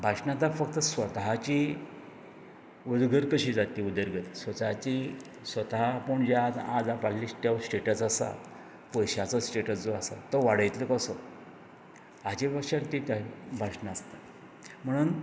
भाशणां तर फक्त स्वताची उदरगत कशी जातली उदरगत स्वताची स्वता जे आपूण जे आज आसा जो आपलो स्टेटस आसा पयशाचो स्टेटस जो आसा तो वाडयतलो कसो हाजे बद्दल ती भाशणां आसता म्हणून